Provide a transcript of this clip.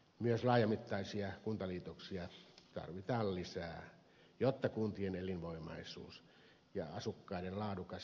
myös laajamittaisia kuntaliitoksia tarvitaan lisää jotta kuntien elinvoimaisuus ja asukkaiden laadukas elinympäristö taataan